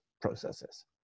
processes